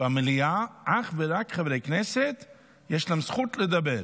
במליאה אך ורק חברי כנסת, יש להם זכות לדבר.